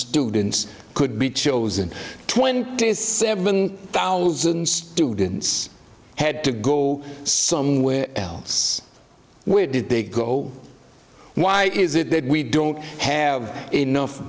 students could be chosen twenty seven thousand students had to go somewhere else where did they go why is it that we don't have enough